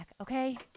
okay